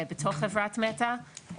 בתוך חברת מטא,